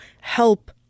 help